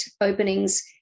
openings